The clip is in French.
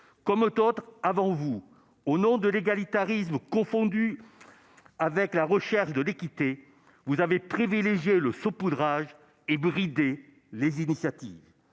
comme d'autres avant vous, au nom de l'égalitarisme, confondu avec la recherche de l'équité, vous avez privilégié le saupoudrage et bridé les initiatives.